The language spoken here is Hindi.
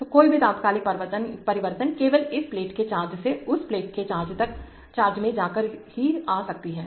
तो कोई भी तात्कालिक परिवर्तन केवल इस प्लेट के चार्ज से उस प्लेट के चार्ज में जा कर ही आ सकती है